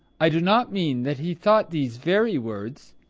i do not mean that he thought these very words.